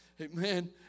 Amen